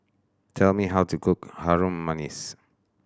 tell me how to cook Harum Manis